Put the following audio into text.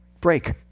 break